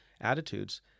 attitudes